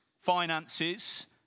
finances